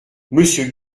monsieur